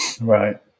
Right